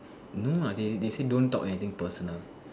no what they they say don't talk anything personal